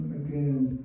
again